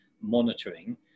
monitoring